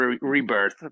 rebirth